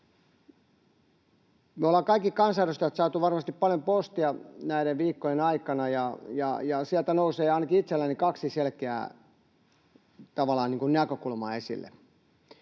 Me ollaan kaikki kansanedustajat saatu varmasti paljon postia näiden viikkojen aikana, ja sieltä nousee ainakin itselläni kaksi selkeää tavallaan niin